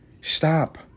Stop